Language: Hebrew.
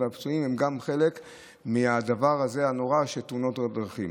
אבל הפצועים גם הם חלק מהדבר הנורא הזה של תאונות הדרכים.